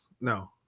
No